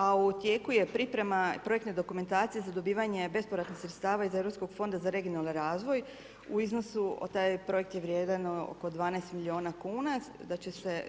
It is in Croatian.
A u tijeku je priprema projektne dokumentacije za dobivanje bespovratnih sredstava iz europskog Fonda za regionalni razvoj, u iznosu od, taj projekt je vrijedan oko 12 milijuna kuna, da će se